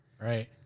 Right